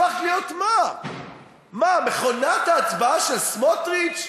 הפכת להיות מה, מה, מכונת ההצבעה של סמוטריץ?